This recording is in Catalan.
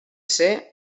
ser